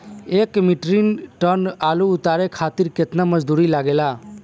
एक metric ton आलू उतारे खातिर केतना मजदूरी लागेला?